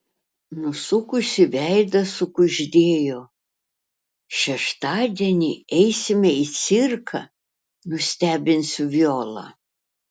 nusukusi veidą sukuždėjo šeštadienį eisime į cirką nustebinsiu violą